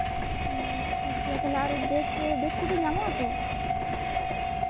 ᱚ ᱴᱷᱤᱠ ᱜᱮᱭᱟ ᱛᱟᱦᱞᱮ ᱟᱨ ᱵᱮᱰ ᱵᱮᱰ ᱠᱚᱫᱚ ᱧᱟᱢᱚᱜᱼᱟ ᱛᱚ